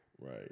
Right